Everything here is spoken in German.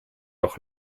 auch